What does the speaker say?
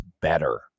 better